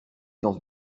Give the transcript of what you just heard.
danse